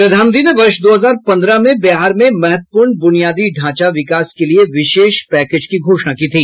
प्रधानमंत्री ने वर्ष दो हजार पंद्रह में बिहार में महत्वपूर्ण बुनियादी ढांचा विकास के लिए विशेष पैकेज की घोषणा की थी